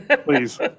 Please